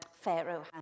Pharaoh